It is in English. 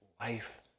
life